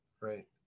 right